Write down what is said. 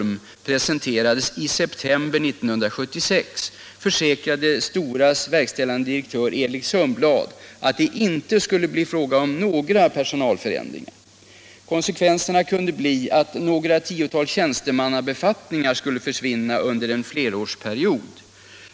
Man skriver så här: Konsekvenserna kunde bli att ”några tiotal tjänstemannabefattningar” skulle försvinna under en flerårsperiod.